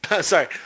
Sorry